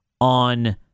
on